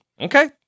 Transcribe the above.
okay